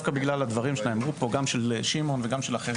דווקא בגלל הדברים שנאמרו פה על ידי שמעון ואחרים,